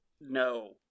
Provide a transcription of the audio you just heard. No